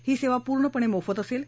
ही सेवा पूर्णपणे मोफत असेल